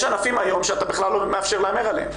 יש ענפים היום שאתה בכלל לא מאפשר להמר עליהם.